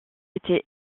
étaient